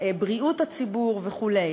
בריאות הציבור וכו'.